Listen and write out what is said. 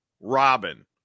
Robin